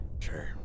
Sure